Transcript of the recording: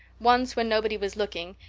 once, when nobody was looking,